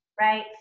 right